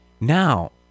Now